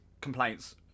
complaints